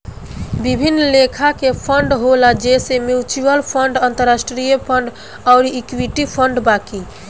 विभिन्न लेखा के फंड होला जइसे म्यूच्यूअल फंड, अंतरास्ट्रीय फंड अउर इक्विटी फंड बाकी